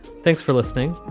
thanks for listening.